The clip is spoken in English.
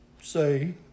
say